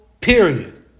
period